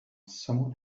someone